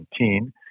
2017